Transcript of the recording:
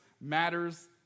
matters